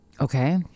Okay